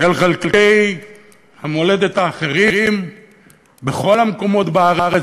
אל חלקי המולדת האחרים בכל המקומות בארץ,